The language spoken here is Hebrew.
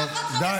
טלי,